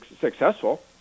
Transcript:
successful